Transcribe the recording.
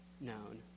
known